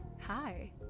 hi